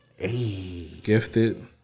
Gifted